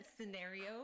scenario